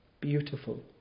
beautiful